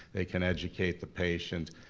they can educate the patients,